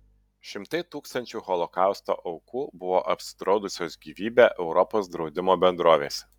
šimtai tūkstančių holokausto aukų buvo apsidraudusios gyvybę europos draudimo bendrovėse